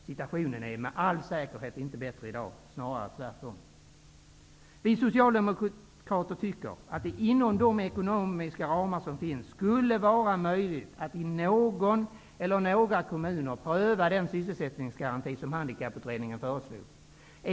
Situationen är med all säkerhet inte bättre i dag. Snarare tvärtom. Vi socialdemokrater tycker att det inom de ekonomiska ramar som finns borde vara möjligt att i någon eller några kommuner pröva den sysselsättningsgaranti som handikapputredningen föreslog.